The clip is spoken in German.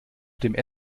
dem